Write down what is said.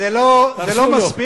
זה לא מספיק,